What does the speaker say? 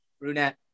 Brunette